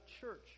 church